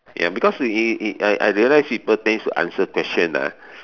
ya because I I realise people tends to answer question ah